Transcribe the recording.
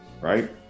Right